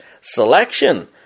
selection